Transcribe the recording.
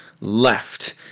left